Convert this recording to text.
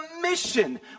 mission